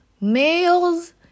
Males